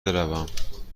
بروم